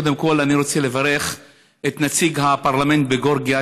קודם כול אני רוצה לברך את נציג הפרלמנט בגיאורגיה,